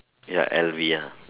ya L_V ya